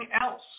else